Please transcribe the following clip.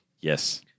Yes